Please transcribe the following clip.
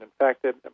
infected